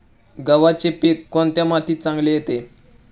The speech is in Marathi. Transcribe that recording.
गव्हाचे पीक कोणत्या मातीत चांगले येते?